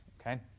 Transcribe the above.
okay